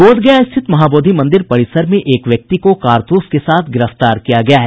बोधगया स्थित माहाबोधि मंदिर परिसर में एक व्यक्ति को कारतूस के साथ गिरफ्तार किया गया है